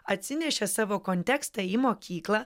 atsinešė savo kontekstą į mokyklą